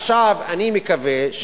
עכשיו אני מקווה,